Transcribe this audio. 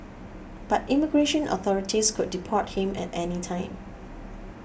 but immigration authorities could deport him at any time